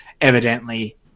evidently